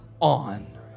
on